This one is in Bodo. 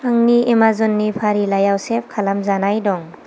आंनि एमाजननि फारिलाइयाव सेब खालामजानाय दं